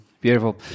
Beautiful